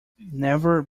never